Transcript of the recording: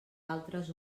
altres